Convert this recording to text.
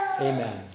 Amen